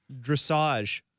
dressage